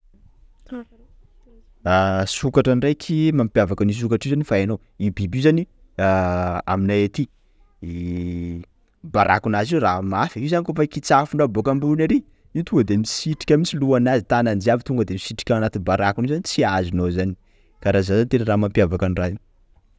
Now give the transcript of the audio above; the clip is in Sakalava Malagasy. Ah sokatra ndraiky mampiavaka an io zany fa hainao, io biby io zany ah aminay aty, barakonazy io raha mafy, io zany kôfa kitsafinao bôka ambony ary? io tonga de misitrika mintsy lohanazy tanany jiaby tonga misitrika anatiny barakonazy zany tsy azonao zany, karaha zany ny tena mampiavaka an'ny raha io..